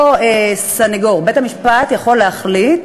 אותו סנגור, בית-המשפט יכול להחליט